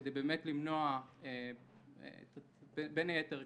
כדי באמת, בין היתר,